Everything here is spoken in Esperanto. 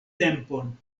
tempon